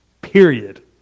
Period